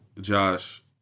Josh